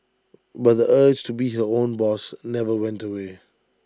but the urge to be her own boss never went away